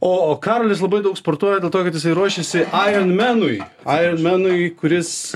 o karolis labai daug sportuoja dėl to kad jisai ruošiasi aironmenui aironmenui kuris